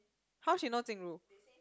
how she know Jing Ru